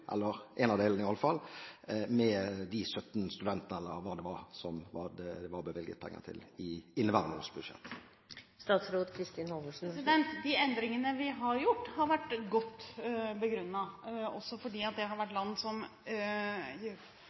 eller i alle fall en av delene – når det gjelder de 17 studentene, eller hva det var, som det var bevilget penger til i inneværende års budsjett? De endringene vi har gjort, har vært godt begrunnet, også fordi det har vært snakk om land